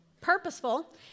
purposeful